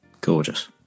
Gorgeous